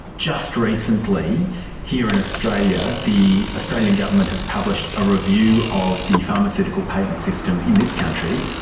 just recently here in australia the australian government has published a review of the pharmaceutical patent system in this country.